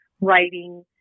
writing